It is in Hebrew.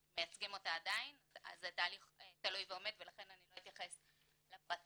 אנחנו מייצגים אותה עדיין אז התהליך תלוי ועומד ולכן לא אתייחס לפרטים.